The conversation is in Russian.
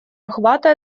охвата